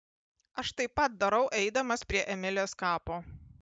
aš taip pat darau eidamas prie emilės kapo